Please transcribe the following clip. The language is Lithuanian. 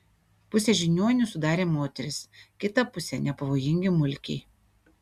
pusę žiniuonių sudarė moterys kitą pusę nepavojingi mulkiai